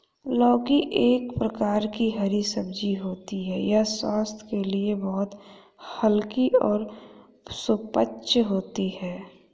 लौकी एक प्रकार की हरी सब्जी होती है यह स्वास्थ्य के लिए बहुत हल्की और सुपाच्य होती है